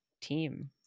team